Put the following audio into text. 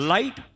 Light